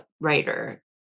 writer